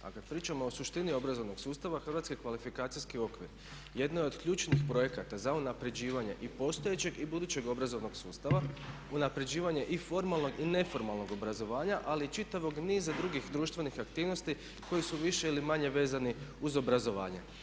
A kad pričamo o suštini obrazovnog sustava hrvatski kvalifikacijski okvir jedan je od ključnih projekata za unapređivanje i postojećeg i budućeg obrazovnog sustava, unapređivanje i formalnog i neformalnog obrazovanja ali i čitavog niza drugih društvenih aktivnosti koji su više ili manje vezani uz obrazovanje.